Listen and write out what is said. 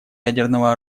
ядерного